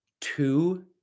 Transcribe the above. two